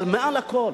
אבל מעל הכול,